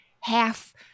half-